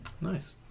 Nice